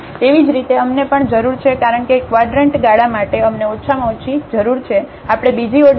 તેવી જ રીતે અમને પણ જરૂર છે કારણ કે ક્વાડરન્ટ ગાળા માટે અમને ઓછામાં ઓછું જરૂર છે આપણે બીજી ઓર્ડર ટર્મ પર જવાની જરૂર છે તેથી f xx